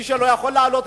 מי שלא יכול לעלות,